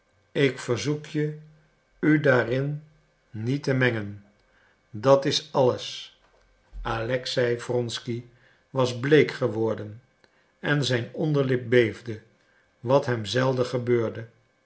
ik verzoek je u daarin niet te mengen dat is alles alexei wronsky was bleek geworden en zijn onderlip beefde wat hem zelden gebeurde